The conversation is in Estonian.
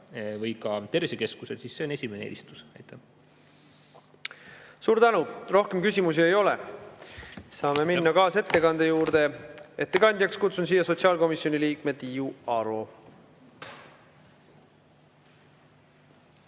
või ka tervisekeskusel, siis see on esimene eelistus. Suur tänu! Rohkem küsimusi ei ole. Saame minna kaasettekande juurde. Ettekandjaks kutsun sotsiaalkomisjoni liikme Tiiu Aro.